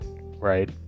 right